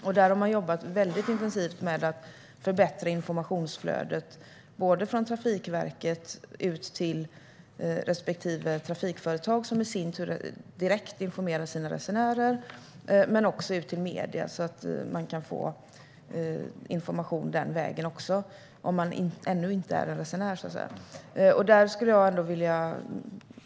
Man har jobbat intensivt med att förbättra informationsflödet från Trafikverket både ut till respektive trafikföretag, som i sin tur direkt informerar sina resenärer, och ut till medierna så att man kan få information också den vägen om man ännu inte är resenär.